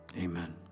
amen